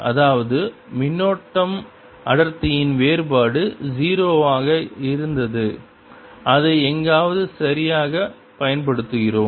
அதாவது மின்னோட்டம் அடர்த்தியின் வேறுபாடு 0 ஆக இருந்தது அதை எங்காவது சரியாகப் பயன்படுத்துகிறோம்